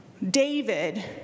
David